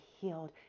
healed